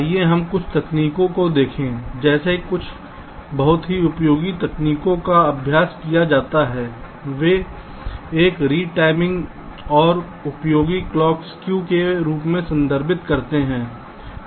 आइए हम कुछ तकनीकों को देखें जैसे कुछ बहुत ही उपयोगी तकनीकों का अभ्यास किया जाता है वे एक रिटाइमिंग और उपयोगी क्लॉक सक्यू के रूप में संदर्भित करते हैं